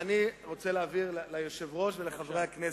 אדוני, אני רוצה להבהיר ליושב-ראש ולחברי הכנסת: